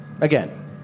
Again